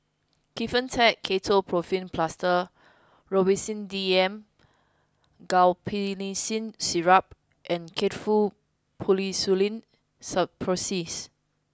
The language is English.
Kefentech Ketoprofen Plaster Robitussin D M Guaiphenesin Syrup and Faktu Policresulen Suppositories